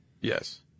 Yes